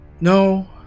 No